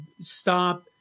stop